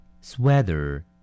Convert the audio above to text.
Sweater